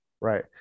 Right